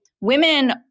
women